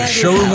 show